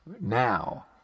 Now